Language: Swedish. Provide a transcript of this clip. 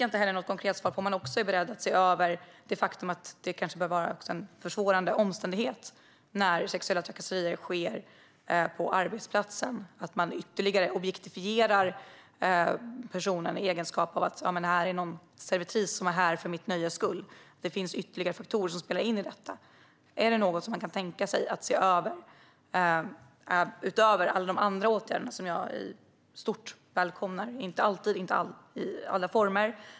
Jag fick heller inget konkret svar på om ni är beredda att se över det faktum att det bör vara en försvårande omständighet när sexuella trakasserier sker på arbetsplatsen. Man objektifierar personen i fråga ytterligare när man tänker: Det här är en servitris som är här för mitt nöjes skull. Det finns alltså ytterligare faktorer som spelar in i detta fall. Är detta något som ni kan tänka er att se över, utöver alla de andra åtgärder som jag i stort välkomnar, om än inte alltid eller i alla former?